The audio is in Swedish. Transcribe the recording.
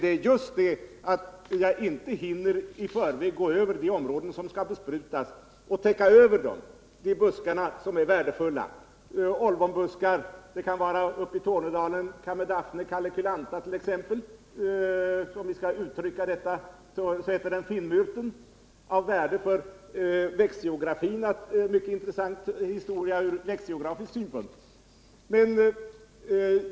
Det är just det förhållandet att jag inte i förväg hinner gå över de områden som skall besprutas och täcka över värdefulla buskar som gör att jag inte vill använda mig av flygbesprutning. Man kan behöva skydda värdefulla eller sällsynta arter såsom olvonbuskar eller t.ex. uppe i Tornedalen Chamadaphne calyculata, på svenska finnmyrten, som är mycket intressant ur växtgeografisk synpunkt.